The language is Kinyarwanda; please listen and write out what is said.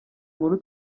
nkuru